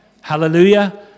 Hallelujah